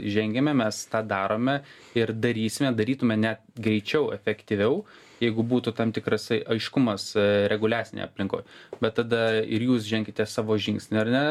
žengėme mes tą darome ir darysime darytume net greičiau efektyviau jeigu būtų tam tikras aiškumas reguliacinėj aplinkoj bet tada ir jūs ženkite savo žingsnį ar ne